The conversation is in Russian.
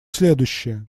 следующее